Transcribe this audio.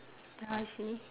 ah I see ah